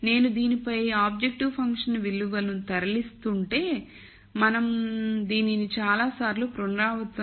నేను దీనిపై objective function విలువను తరలిస్తుంటే మనం అం అందీనిని చాలాసార్లు పునరావృతం చేసాము